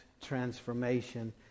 transformation